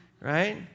right